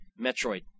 Metroid